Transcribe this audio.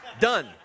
done